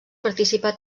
participà